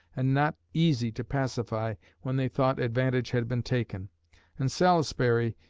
and not easy to pacify when they thought advantage had been taken and salisbury,